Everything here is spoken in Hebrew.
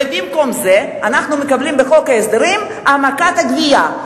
ובמקום זה אנחנו מקבלים בחוק ההסדרים העמקת הגבייה.